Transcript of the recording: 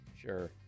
Sure